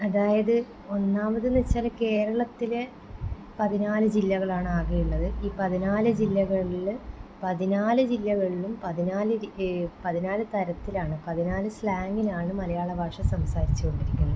അതായത് ഒന്നാമതെന്നു വെച്ചാൽ കേരളത്തിൽ പതിനാലു ജില്ലകളാണ് ആകെ ഉള്ളത് ഈ പതിനാലു ജില്ലകളിൽ പതിനാലു ജില്ലകളിലും പതിനാലു രീ പതിനാലു തരത്തിലാണ് പതിനാലു സ്ലാങിലാണ് മലയാള ഭാഷ സംസാരിച്ച് കൊണ്ടിരിക്കുന്നത്